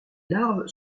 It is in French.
larves